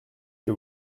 que